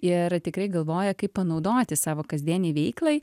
ir tikrai galvoja kaip panaudoti savo kasdienei veiklai